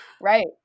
Right